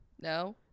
no